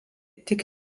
tik